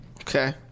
Okay